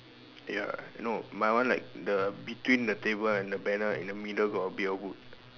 ya no my one like the between the table and the banner in the middle got a bit of wood